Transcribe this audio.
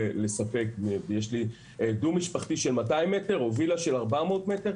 לספק ויש לי דו משפחתי של 200 מטרים או וילה של 400 מטרים,